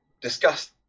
discuss